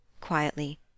quietly